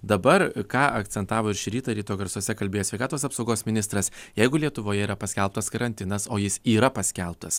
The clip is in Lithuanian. dabar ką akcentavo ir šį rytą ryto garsuose kalbėjęs sveikatos apsaugos ministras jeigu lietuvoje yra paskelbtas karantinas o jis yra paskelbtas